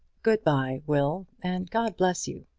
good-bye, will, and god bless you.